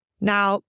Now